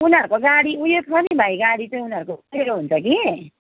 उनीहरूको गाडी ऊ यो छ नि भाइ गाडी चाहिँ उनीहरूको अफ्ठ्यारो हुन्छ कि